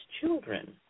children